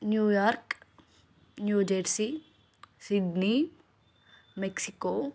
New York new jersey Sydney Mexico